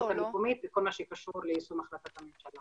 המקומית בכל מה שקשור ליישום החלטת הממשלה.